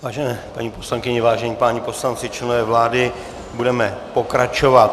Vážené paní poslankyně, vážení páni poslanci, členové vlády, budeme pokračovat.